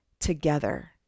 together